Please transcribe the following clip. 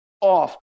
off